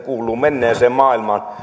kuuluu menneeseen maailmaan